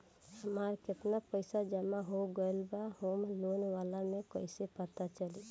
हमार केतना पईसा जमा हो गएल बा होम लोन वाला मे कइसे पता चली?